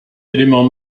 élément